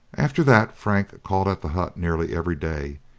after that frank called at the hut nearly every day,